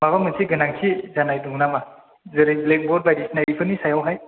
माबा मोनसे गोनांथि जानाय दङ नामा जेरै ब्लेक बर्ड बायदिसिना बेफोरनि सायावहाय